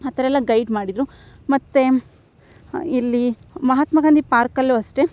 ಆ ಥರ ಎಲ್ಲ ಗೈಡ್ ಮಾಡಿದ್ದರು ಮತ್ತು ಇಲ್ಲಿ ಮಹಾತ್ಮಾ ಗಾಂಧಿ ಪಾರ್ಕಲ್ಲೂ ಅಷ್ಟೆ